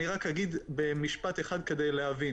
אני רק אגיד במשפט אחד כדי שתבינו